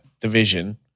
division